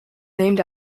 named